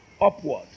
Upward